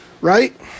right